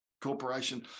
corporation